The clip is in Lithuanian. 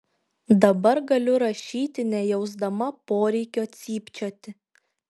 dabar galiu rašyti nejausdama poreikio cypčioti